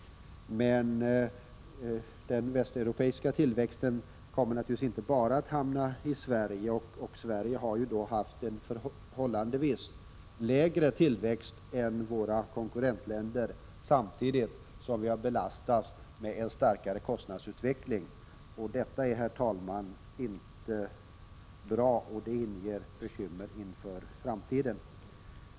Men den västeuropeiska tillväxten kommer naturligtvis inte att hamna bara i Sverige. Och Sverige har ju haft en lägre tillväxt än våra konkurrentländer, samtidigt som vi har belastats med en starkare kostnadsutveckling. Detta är inte bra, herr talman, och det inger bekymmer inför framtiden.